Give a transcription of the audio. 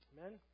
Amen